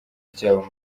ryabo